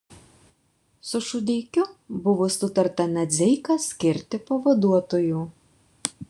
su šudeikiu buvo sutarta nadzeiką skirti pavaduotoju